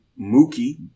Mookie